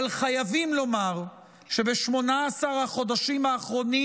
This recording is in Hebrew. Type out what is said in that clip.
אבל חייבים לומר שב-18 החודשים האחרונים